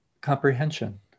comprehension